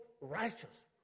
righteous